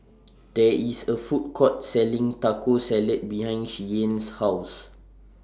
There IS A Food Court Selling Taco Salad behind Shianne's House